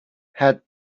had